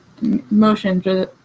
motions